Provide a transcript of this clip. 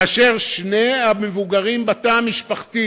כאשר שני המבוגרים בתא המשפחתי